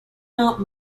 not